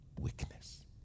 weakness